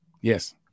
Yes